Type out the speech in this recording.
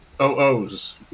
OOs